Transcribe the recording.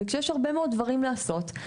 וכשיש הרבה דברים לעשות,